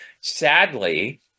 Sadly